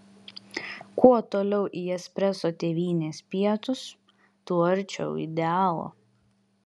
kuo toliau į espreso tėvynės pietus tuo arčiau idealo